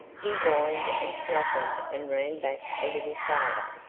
he whined and snuffled and ran back a little farther,